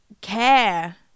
care